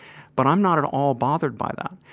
but i'm not at all bothered by that.